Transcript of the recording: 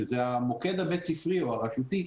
שזה המוקד הבית ספרי או הרשותי.